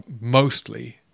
mostly